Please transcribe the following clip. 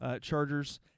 Chargers